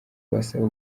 basaba